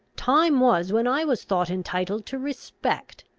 time was when i was thought entitled to respect.